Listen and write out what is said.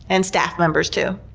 and staff members, too.